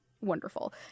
wonderful